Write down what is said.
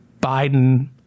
Biden